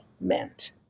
meant